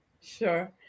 Sure